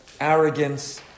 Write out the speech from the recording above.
arrogance